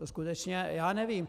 Skutečně já nevím.